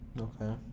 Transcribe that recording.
Okay